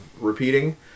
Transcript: repeating